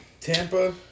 Tampa